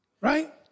Right